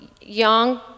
young